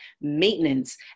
maintenance